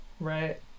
right